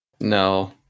No